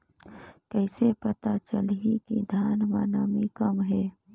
कइसे पता चलही कि धान मे नमी कम हे?